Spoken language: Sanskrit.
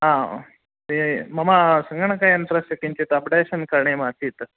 हा मम सङ्गणकयन्त्रस्य किञ्चित् अप्डेशन् करणीयमासीत्